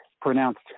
pronounced